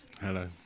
Hello